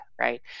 right